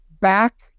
Back